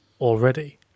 already